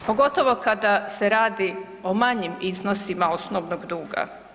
Pogotovo kada se radi o manjim iznosima osnovnog duga.